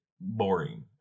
boring